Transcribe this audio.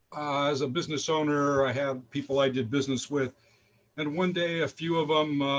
as a business owner i had people i did business with and one day a few of them